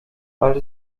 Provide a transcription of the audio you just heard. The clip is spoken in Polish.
ale